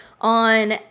on